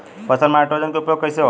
फसल में नाइट्रोजन के उपयोग कइसे होला?